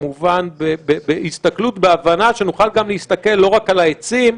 כמובן בהסתכלות בהבנה שנוכל גם להסתכל לא רק על העצים,